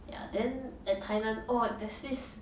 ya then at 台南 orh there's this